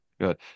good